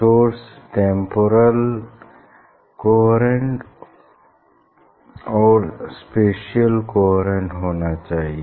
source temporal coherent और spatial coherent होना चाहिए